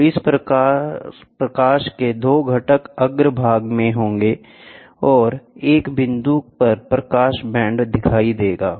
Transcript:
तो इस प्रकार प्रकाश के 2 घटक अग्रभाग में होंगे और एक बिंदु पर प्रकाश बैंड दिखाई देगा